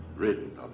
written